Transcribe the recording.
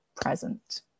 present